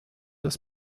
des